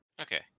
okay